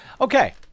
Okay